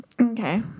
Okay